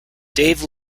dave